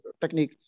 technique